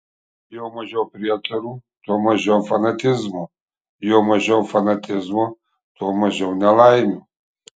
juo mažiau prietarų tuo mažiau fanatizmo juo mažiau fanatizmo tuo mažiau nelaimių